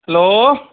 hello